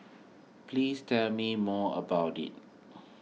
please tell me more about it